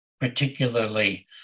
particularly